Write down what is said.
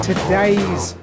Today's